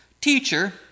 Teacher